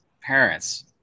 parents